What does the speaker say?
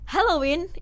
Halloween